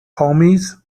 homies